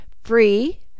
free